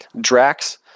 drax